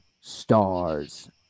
stars